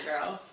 Girls